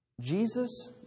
Jesus